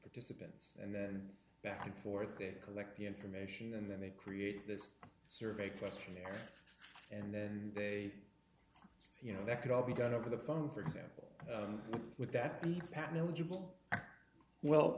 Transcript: participants and then back and forth they collect the information and then they create this survey questionnaire and then they you know that could all be done over the phone for example with that